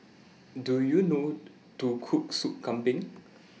Do YOU know to Cook Soup Kambing